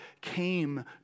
came